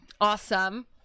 Awesome